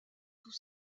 tout